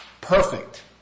Perfect